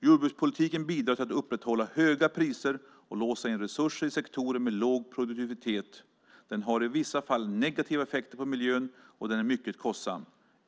Jordbrukspolitiken bidrar till att upprätthålla höga priser och låsa in resurser i sektorer med låg produktivitet, den har i vissa fall negativa effekter på miljön och den är mycket kostsam.